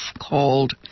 called